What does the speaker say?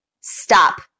stop